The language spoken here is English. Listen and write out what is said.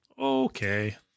Okay